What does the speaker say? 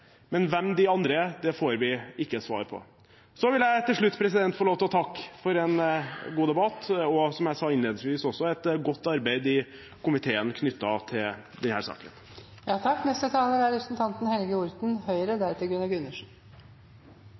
Men hvis man da løfter opp noen, er det på bekostning av noen andre. Men hvem de andre er, får vi ikke svar på. Til slutt vil jeg få lov til å takke for en god debatt og, som jeg sa innledningsvis også, for et godt arbeid i komiteen knyttet til denne saken.